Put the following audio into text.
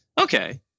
okay